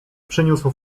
przyniósł